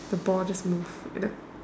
the ball just move without